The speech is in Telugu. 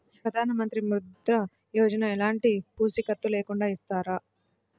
ప్రధానమంత్రి ముద్ర యోజన ఎలాంటి పూసికత్తు లేకుండా ఇస్తారా?